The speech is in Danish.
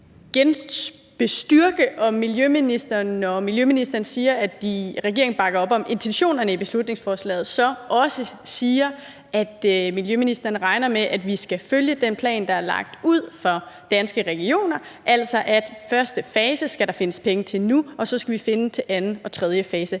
igen bestyrkes i, at miljøministeren, når hun siger, at regeringen bakker op om intentionerne i beslutningsforslaget, også siger, at hun regner med, at vi skal følge den plan, der er lagt ud, for Danske Regioner, altså at første fase skal der findes penge til nu, og så skal vi finde penge til anden og tredje fase af